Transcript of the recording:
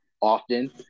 often